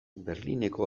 berlineko